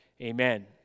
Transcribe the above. Amen